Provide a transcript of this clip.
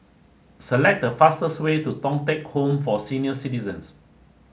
select the fastest way to Thong Teck Home for Senior Citizens